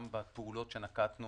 אז גם בפעולות שנקטנו